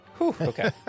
Okay